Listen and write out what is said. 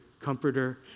comforter